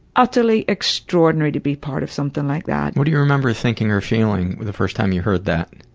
utterly extraordinary to be part of something like that. what do you remember thinking or feeling the first time you heard that?